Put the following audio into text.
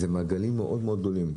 אלו מעגלים מאוד מאוד גדולים.